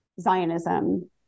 Zionism